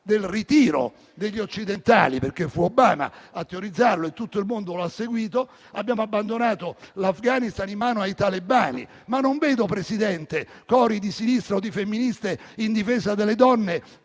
del ritiro degli occidentali - perché fu Obama a teorizzarlo e tutto il mondo l'ha seguito - abbiamo abbandonato l'Afghanistan in mano ai talebani. Tuttavia, non vedo, Presidente, cori di sinistra o di femministe in difesa delle donne